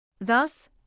Thus